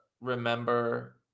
remember